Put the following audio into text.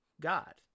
God